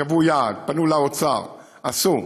קבעו יעד, פנו לאוצר, עשו.